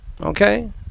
Okay